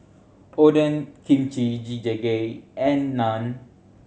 Oden Kimchi Jjigae and Naan